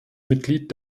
mitglied